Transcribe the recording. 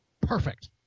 perfect